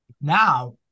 now